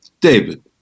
David